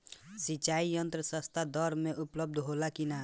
सिंचाई यंत्र सस्ता दर में उपलब्ध होला कि न?